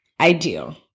ideal